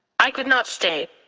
i could not stay.